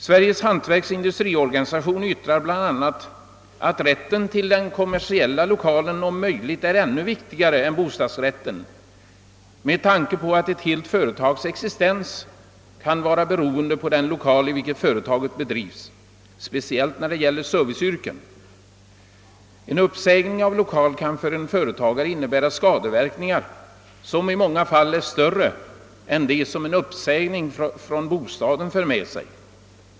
Sveriges hantverksoch industriorganisation yttrar bl.a. att rätten till den kommersiella lokalen om möjligt är ännu viktigare än bostadsrätten med tanke på att ett helt företags existens kan vara beroende av den lokal i vilken det bedrivs, speciellt när det gäller serviceyrken. En uppsägning av lokal kan för en företagare innebära skade verkningar, som i många fall är större än de som en uppsägning från bostaden för med sig.